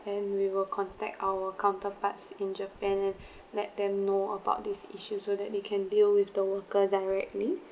then we will contact our counterparts in japan and let them know about this issue so that they can deal with the worker directly